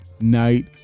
night